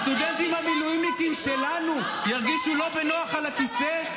הסטודנטים המילואימניקים שלנו ירגישו לא בנוח על הכיסא?